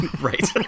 Right